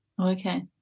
Okay